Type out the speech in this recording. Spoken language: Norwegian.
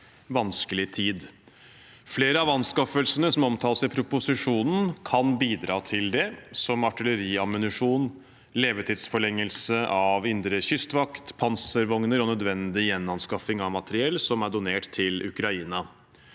vanskelig tid. Flere av anskaffelsene som omtales i proposisjonen, kan bidra til det, som artilleriammunisjon, levetidsforlengelse av indre kystvakt, panservogner og nødvendig gjenanskaffelse av materiell som er donert til Ukraina.